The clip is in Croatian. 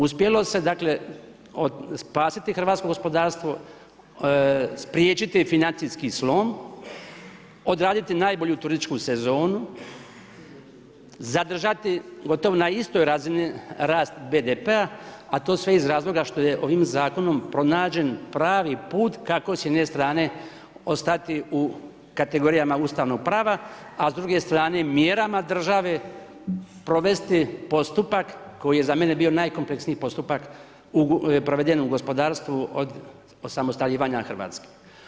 Uspjelo se dakle spasiti hrvatsko gospodarstvo, spriječiti financijski slom, odraditi najbolju turističku sezonu, zadržati gotovo na istoj razini rast BDP-a a to sve iz razloga što je ovim zakonom pronađen pravi put kako s jedne strane ostati u kategorijama ustavnog prava a s druge strane mjerama države provesti postupak koji je za mene bio najkompleksniji postupak proveden u gospodarstvu od osamostaljivanja Hrvatske.